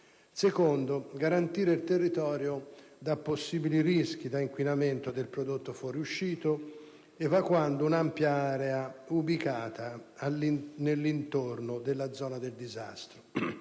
di garantire il territorio da possibili rischi da inquinamento del prodotto fuoriuscito, evacuando un'ampia area ubicata intorno alla zona del disastro.